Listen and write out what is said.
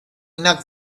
enough